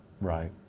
Right